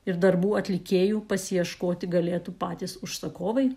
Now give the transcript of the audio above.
ir darbų atlikėjų pasiieškoti galėtų patys užsakovai